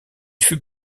fût